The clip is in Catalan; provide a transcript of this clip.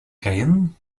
caín